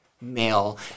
male